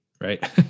Right